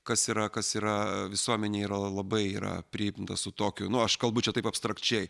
kas yra kas yra visuomenėj yra labai yra priimta su tokiu nu aš kalbu čia taip abstrakčiai